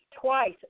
twice